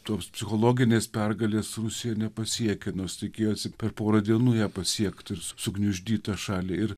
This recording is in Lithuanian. tos psichologinės pergalės rusija nepasiekia nors tikėjosi per porą dienų ją pasiekt sugniuždyt tą šalį ir